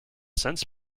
since